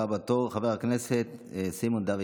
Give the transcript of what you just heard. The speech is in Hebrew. הבא בתור, חבר הכנסת סימון דוידסון.